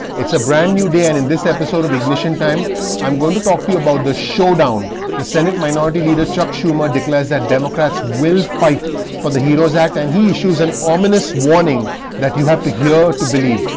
it's a brand new day and in this episode of ignition time i'm going to talk to you about the showdown the senate minority leader chuck schumer declares that democrats will fight for the heroes act and he issues an ominous warning that you have to hear, to believe.